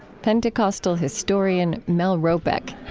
pentecostal historian mel robeck.